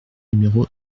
numéro